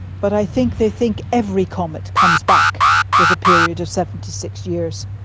but i think they think every comet comes back with a period of seventy six years,